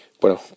Bueno